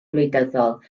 gwleidyddol